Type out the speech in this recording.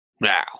Now